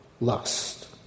lust